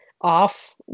off